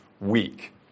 weak